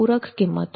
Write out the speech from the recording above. પૂરક કિંમતો